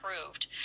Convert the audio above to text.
approved